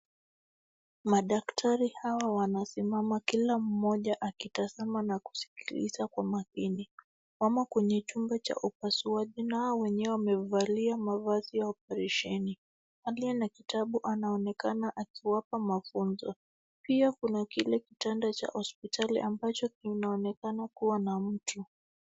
Madaktari hawa wanasimama kila mmoja akitazama na kusikiliza kwa makini. Wamo kwenye chumba cha upasuaji na hao wenyewe wamevalia mavazi ya operesheni. Ali ana kitabu na anaonekana akiwapa mafunzo. Pia kuna kile kitanda cha hospitali ambacho kinaonekana kuwa na mtu.